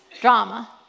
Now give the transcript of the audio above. drama